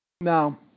Now